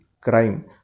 Crime